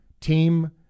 Team